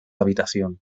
habitación